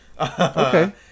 Okay